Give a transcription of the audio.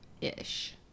ish